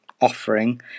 offering